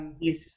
Yes